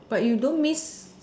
but you don't miss